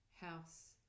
house